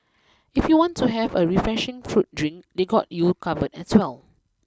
if you want to have a refreshing fruit drink they got you covered as well